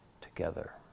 together